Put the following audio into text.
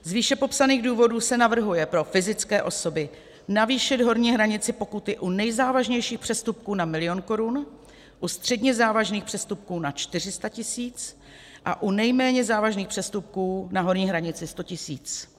Z výše popsaných důvodů se navrhuje pro fyzické osoby navýšit horní hranici pokuty u nejzávažnějších přestupků na milion korun, u středně závažných přestupků na 400 tisíc a u nejméně závažných přestupků na horní hranici 100 tisíc.